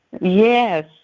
Yes